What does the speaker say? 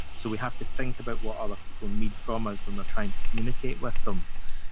so, we have to think about what other people need from us when we're trying to communicate with them.